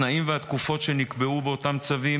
התנאים והתקופות שנקבעו באותם צווים,